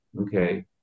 okay